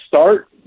start